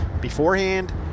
beforehand